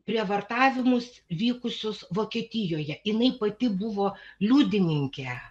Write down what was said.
prievartavimus vykusius vokietijoje jinai pati buvo liudininkė